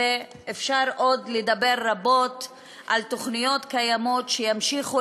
אפשר עוד לדבר רבות על תוכניות קיימות שימשיכו